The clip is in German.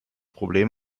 problem